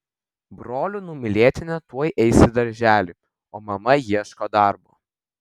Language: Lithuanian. brolių numylėtinė tuoj eis į darželį o mama ieško darbo